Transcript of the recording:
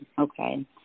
Okay